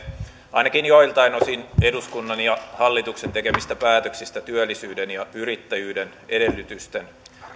ainakin joiltakin osin eduskunnan ja hallituksen tekemistä päätöksistä työllisyyden ja yrittäjyyden edellytysten